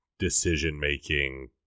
decision-making